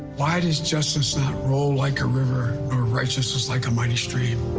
why does justice not roll like a river or righteousness like a mighty stream?